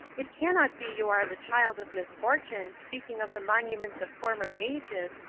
it cannot be you are the child of misfortune, speaking of the monuments of former ages,